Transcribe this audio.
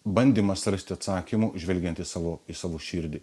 bandymas rasti atsakymų žvelgiant į savo į savo širdį